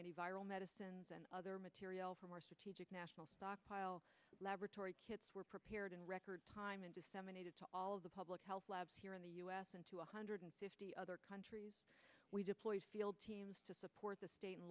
any viral medicines and other material from our strategic national stockpile laboratory kits were prepared in record time and disseminated to all of the public health labs here in the u s into one hundred fifty other countries we deployed field teams to support the state and